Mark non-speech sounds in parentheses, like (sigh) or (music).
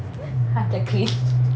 他在 clean (laughs)